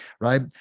right